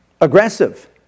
aggressive